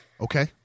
Okay